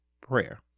prayer